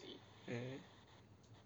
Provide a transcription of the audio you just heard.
mm